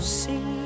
see